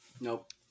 nope